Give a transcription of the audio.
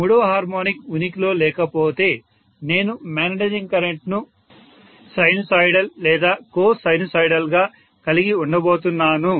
మూడవ హార్మోనిక్ ఉనికిలో లేకపోతే నేను మాగ్నెటైజింగ్ కరెంట్ ను సైనుసోయిడల్ లేదా కో సైనుసోయిడల్ గా కలిగి ఉండబోతున్నాను